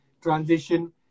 transition